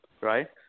right